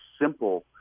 simple